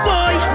Boy